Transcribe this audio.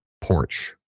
porch